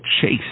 chase